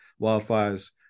wildfires